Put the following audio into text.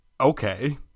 okay